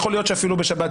יכול להיות שאפילו בשבת,